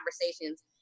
conversations